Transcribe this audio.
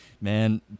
man